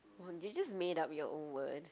you just made up your own word